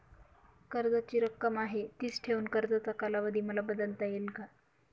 कर्जाची रक्कम आहे तिच ठेवून कर्जाचा कालावधी मला बदलता येईल का?